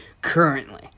currently